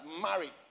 married